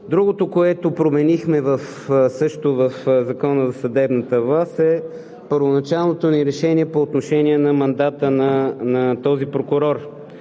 Другото, което променихме също в Закона за съдебната власт, е първоначалното ни решение по отношение на мандата на този прокурор.